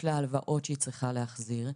יש לה הלוואות שהיא צריכה להחזיר,